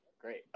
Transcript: great